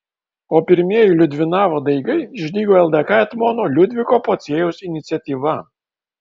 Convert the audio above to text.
o pirmieji liudvinavo daigai išdygo ldk etmono liudviko pociejaus iniciatyva